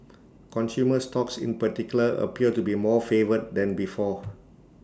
consumer stocks in particular appear to be more favoured than before